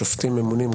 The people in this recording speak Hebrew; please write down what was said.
שופטים ממונים,